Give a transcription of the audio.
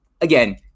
Again